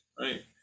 right